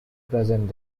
present